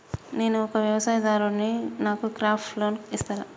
నేను ఒక వ్యవసాయదారుడిని నాకు క్రాప్ లోన్ ఇస్తారా?